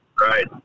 right